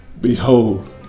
behold